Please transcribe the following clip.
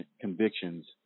convictions